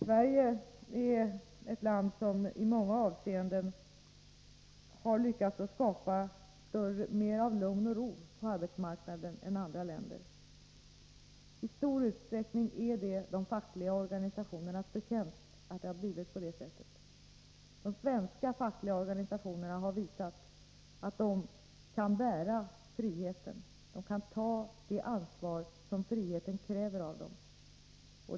Sverige är ett land som i många avseenden har lyckats att skapa mer av lugn och ro på arbetsmarknaden än andra länder. I stor utsträckning är det de fackliga organisationernas förtjänst att det har blivit på det sättet. De svenska fackliga organisationerna har visat att de kan bära friheten, att de kan ta det ansvar som friheten kräver av dem.